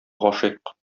гашыйк